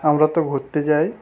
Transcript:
আমরা তো ঘুরতে যাই